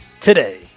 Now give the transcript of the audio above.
today